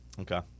Okay